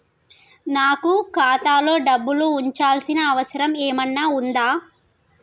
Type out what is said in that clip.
నాకు ఖాతాలో డబ్బులు ఉంచాల్సిన అవసరం ఏమన్నా ఉందా?